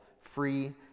free